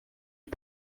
est